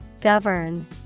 Govern